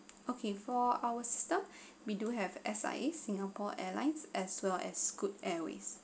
okay for our store we do have S_I_A singapore airlines as well as scoot airways